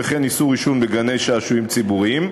וכן איסור עישון בגני-שעשועים ציבוריים,